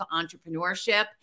entrepreneurship